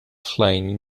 flying